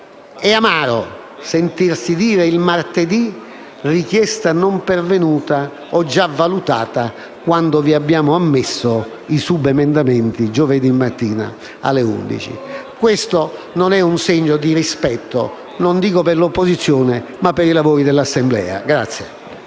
è amaro sentirsi dire il martedì che la richiesta non è pervenuta o che è già stata valutata, quando vi abbiamo ammesso i subemendamenti giovedì mattina alle ore 11. Questo non è un segno di rispetto non dico dell'opposizione, ma dei lavori dell'Assemblea.